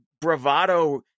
bravado